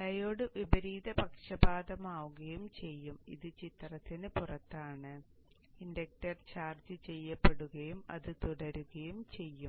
diode വിപരീത പക്ഷപാതമാവുകയും ഇത് ചിത്രത്തിന് പുറത്താണ് ഇൻഡക്ടർ ചാർജ്ജ് ചെയ്യപ്പെടുകയും അത് തുടരുകയും ചെയ്യുന്നു